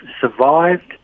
survived